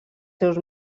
seus